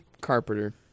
Carpenter